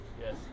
Yes